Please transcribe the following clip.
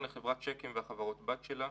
חברת שק"ם והחברות הבת שלה,